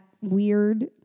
weird